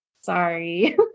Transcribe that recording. sorry